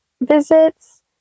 visits